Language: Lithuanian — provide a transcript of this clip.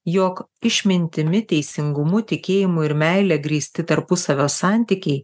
jog išmintimi teisingumu tikėjimu ir meile grįsti tarpusavio santykiai